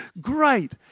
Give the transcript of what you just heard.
great